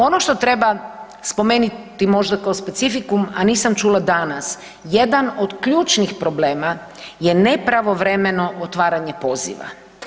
Ono što treba spomenuti možda kao specifikum, a nisam čula danas, jedan od ključnih problema je nepravovremeno otvaranje poziva.